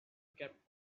kept